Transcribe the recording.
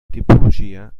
tipologia